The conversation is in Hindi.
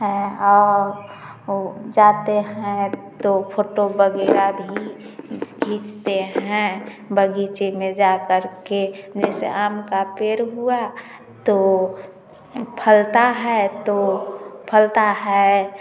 और जाते हैं तो फोटो वगैरह भी खींचते हैं बगीचे में जाकर के जैसे आम का पेड़ हुआ तो फलता है तो फलता है